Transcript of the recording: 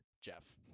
jeff